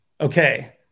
Okay